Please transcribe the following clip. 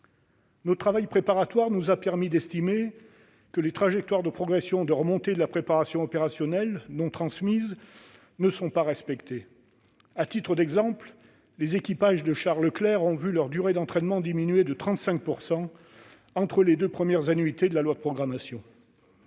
Notre travail préparatoire nous a permis d'estimer que les trajectoires de remontée de la préparation opérationnelle, non transmises, ne sont pas respectées. À titre d'exemple, les équipages des chars Leclerc ont vu la durée de leur entraînement diminuer de 35 % entre les deux premières années d'application de la loi de programmation.